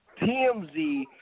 TMZ